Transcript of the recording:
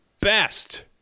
best